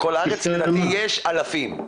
בכל הארץ יש אלפי רשתות.